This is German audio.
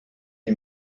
die